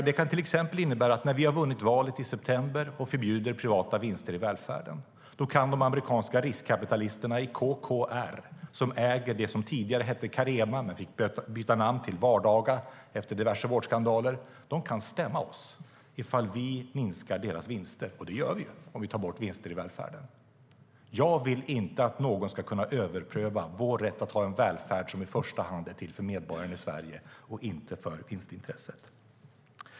Det kan till exempel innebära att när vi har vunnit valet i september och förbjuder privata vinster i välfärden kan de amerikanska riskkapitalisterna i KKR - som äger det som tidigare hette Carema men som bytte namn till Vardaga efter diverse vårdskandaler - stämma oss ifall vi minskar deras vinster. Och det gör vi ju om vi tar bort vinster i välfärden. Jag vill inte att någon ska kunna överpröva vår rätt att ha en välfärd som i första hand är till för medborgarna i Sverige och inte för vinstintresset.